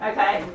Okay